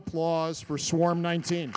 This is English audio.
applause for swarm nineteen